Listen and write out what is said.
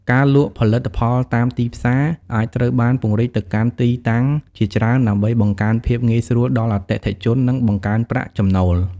ការលក់ផលិតផលតាមទីផ្សារ អាចត្រូវបានពង្រីកទៅកាន់ទីតាំងជាច្រើនដើម្បីបង្កើនភាពងាយស្រួលដល់អតិថិជន និងបង្កើនប្រាក់ចំណូល។